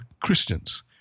Christians